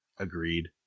Agreed